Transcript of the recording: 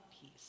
peace